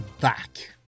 back